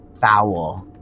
foul